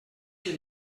qui